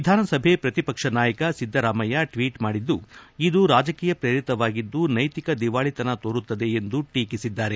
ವಿಧಾನಸಭೆ ಪ್ರತಿಪಕ್ಷ ನಾಯಕ ಸಿದ್ದರಾಮಯ್ಕ ಟ್ವೀಟ್ ಮಾಡಿದ್ದು ಇದು ರಾಜಕೀಯ ಪ್ರೇರಿತವಾಗಿದ್ದು ನೈತಿಕ ದಿವಾಳಿತನ ತೋರುತ್ತದೆ ಎಂದು ಟೀಕಿಸಿದ್ದಾರೆ